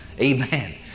Amen